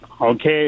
Okay